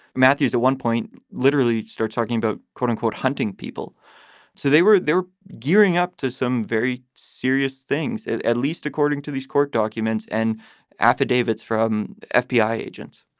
matthews at one point literally start talking about, quote unquote, hunting people so they were there gearing up to some very serious things, at at least according to these court documents and affidavits from fbi agents